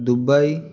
Dubai